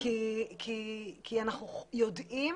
כי אנחנו יודעים